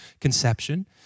conception